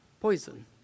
poison